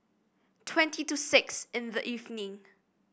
twenty to six in the evening